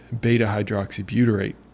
beta-hydroxybutyrate